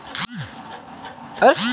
कई मिलत राइस हुलरेर इस्तेमाल बड़ी तदादत ह छे